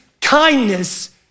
kindness